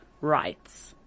rights